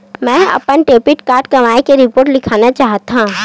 मेंहा अपन debit card गवाए के रिपोर्ट लिखना चाहत हव